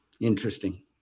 interesting